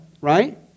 right